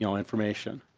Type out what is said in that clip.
you know information.